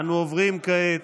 אנו עוברים כעת,